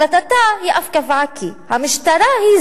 בהחלטתה היא אף קבעה כי המשטרה היא